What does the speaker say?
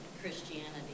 Christianity